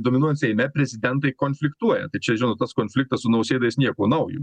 dominuojant seime prezidentai konfliktuoja tai čia žinot kas konfliktas su nausėda jis nieko naujo